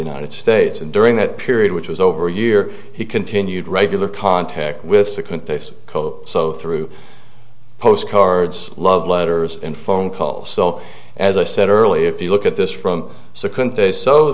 united states and during that period which was over a year he continued regular contact with the current pace so through postcards love letters and phone calls so as i said earlier if you look at this from so